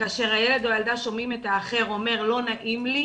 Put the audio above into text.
כאשר הילד או הילדה שומעים את האחר אומר "לא נעים לי",